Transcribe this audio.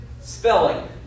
spelling